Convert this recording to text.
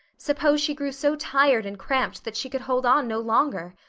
suppose she grew so tired and cramped that she could hold on no longer!